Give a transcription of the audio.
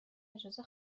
اجازه